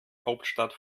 hauptstadt